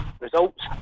results